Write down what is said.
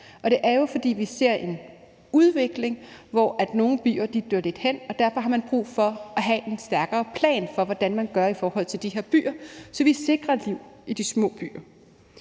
Det er jo, fordi vi ser en udvikling, hvor nogle byer dør lidt hen, og derfor har man brug for at have en stærkere plan for, hvordan man gør i forhold til de her byer, så vi sikrer liv i de små byer.